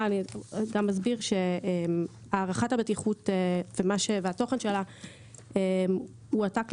הערכת הבטיחות והתוכן שלה הועתק,